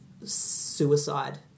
suicide